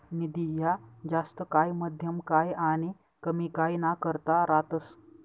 निधी ह्या जास्त काय, मध्यम काय आनी कमी काय ना करता रातस